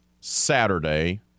Saturday